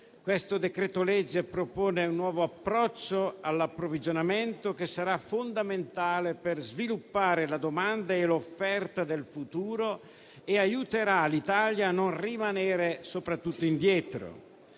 Questo decreto-legge propone un nuovo approccio all'approvvigionamento, che sarà fondamentale per sviluppare la domanda e l'offerta del futuro e aiuterà l'Italia soprattutto a non